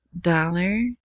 dollar